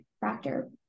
factor